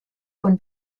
von